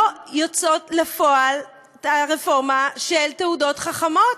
לא יוצאת לפועל הרפורמה של תעודות חכמות,